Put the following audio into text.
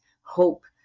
hope